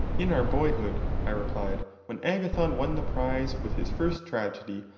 in our boyhood, i replied, when agathon won the prize with his first tragedy,